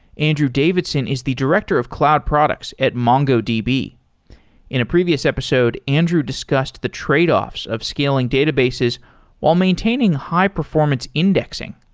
andrew davidson is the director of cloud products at mongodb. in a previous episode, andrew discussed the tradeoffs of scaling databases while maintaining high-performance indexing.